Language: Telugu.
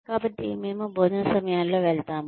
కాబట్టి మేము భోజన సమయాల్లో వెళ్తాము